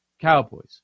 Cowboys